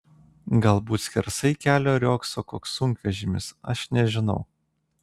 galbūt skersai kelio riogso koks sunkvežimis aš nežinau